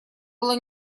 было